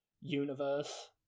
universe